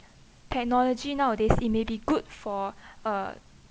technology nowadays it may be good for uh